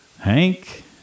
Hank